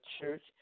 church